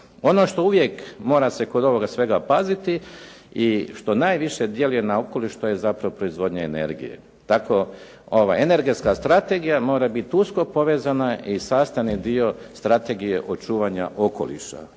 Ono što uvijek mora se kod ovoga svega paziti i što najviše djeluje na okoliš to je zapravo proizvodnja energija. Tako energetska strategija mora biti usko povezana i sastavni dio Strategije očuvanja okoliša